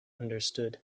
understood